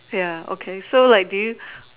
ya okay so like do you